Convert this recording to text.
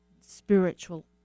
spiritual